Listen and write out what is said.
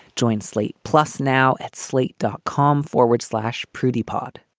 join slate plus now at slate dot com forward slash prudie pod